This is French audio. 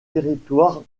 territoire